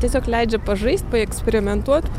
tiesiog leidžia pažaist paeksperimentuot